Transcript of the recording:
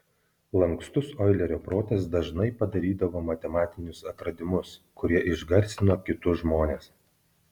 lankstus oilerio protas dažnai padarydavo matematinius atradimus kurie išgarsino kitus žmones